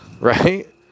right